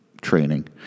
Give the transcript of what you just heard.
training